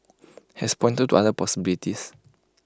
has pointed to other possibilities